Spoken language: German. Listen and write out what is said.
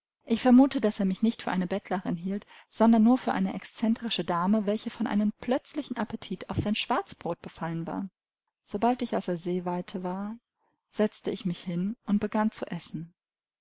ich vermute daß er mich nicht für eine bettlerin hielt sondern nur für eine excentrische dame welche von einem plötzlichen appetit auf sein schwarzbrot befallen war sobald ich außer sehweite war setzte ich mich hin und begann zu essen